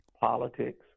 politics